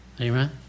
amen